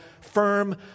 firm